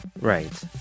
right